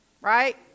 right